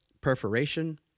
perforation